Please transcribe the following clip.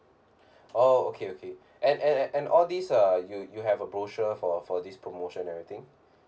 oh okay okay and and and all this uh you you have a brochure for for this promotion everything